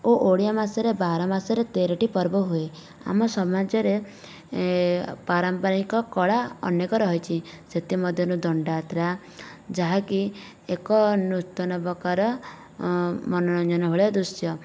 ଓ ଓଡ଼ିଆ ମାସରେ ବାର ମାସରେ ତେରଟି ପର୍ବ ହୁଏ ଆମ ସମାଜରେ ପାରମ୍ପରିକ କଳା ଅନେକ ରହିଛି ସେଥି ମଧ୍ୟରୁ ଦଣ୍ଡଯାତ୍ରା ଯାହାକି ଏକ ନୂତନ ପ୍ରକାର ମନୋରଞ୍ଜନ ଭଳିଆ ଦୃଶ୍ୟ